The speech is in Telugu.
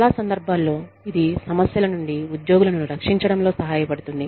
చాలా సందర్భాల్లో ఇది సమస్యల నుండి ఉద్యోగులను రక్షించడంలో సహాయపడుతుంది